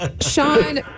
Sean